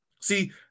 See